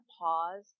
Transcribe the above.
pause